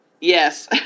Yes